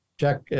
jack